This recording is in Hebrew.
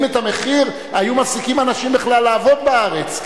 את המחיר היו מפסיקים אנשים בכלל לעבוד בארץ,